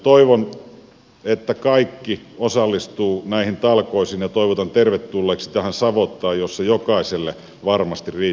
toivon että kaikki osallistuvat näihin talkoisiin ja toivotan tervetulleeksi tähän savottaan jossa jokaiselle varmasti riittää palsta